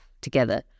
together